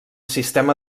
sistema